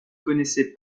connaissait